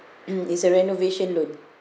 mm is a renovation loan